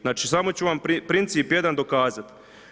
Znači samo ću vam princip jedan dokazati.